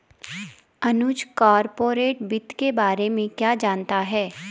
अनुज corporate वित्त के बारे में क्या जानता है?